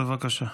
בבקשה.